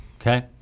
Okay